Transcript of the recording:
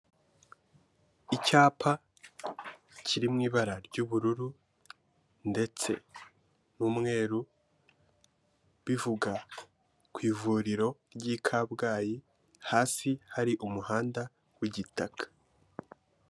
Icyapa kiri mu ibara ry'ubururu ndetse n'umweru, bivuga ku ivuriro ry'i Kabgayi, hasi hari umuhanda w'igitaka.